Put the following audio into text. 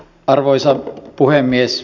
arvoisa puhemies